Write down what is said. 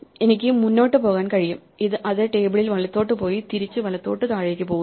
എനിക്ക് മുന്നോട്ട് പോകാൻ കഴിയും അത് ടേബിളിൽ വലത്തോട്ടു പോയി തിരിച്ചു വലത്തോട്ട് താഴേക്ക് പോകുന്നു